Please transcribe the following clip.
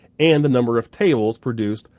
and the number of tables produced,